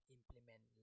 implement